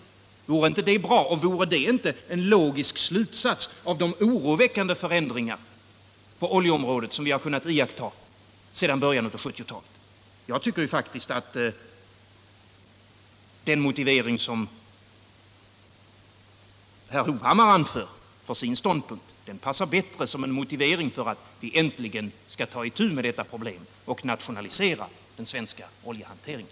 Vore det inte bra? Och vore inte det en logisk slutsats av de oroväckande förändringar på oljeområdet som vi har kunnat iaktta sedan början av 1970-talet? Jag tycker faktiskt att den motivering som herr Hovhammar anför för sin ståndpunkt passar bättre som en motivering för att vi äntligen skall ta itu med detta problem och nationalisera den svenska oljehanteringen.